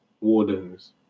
Wardens